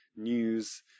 news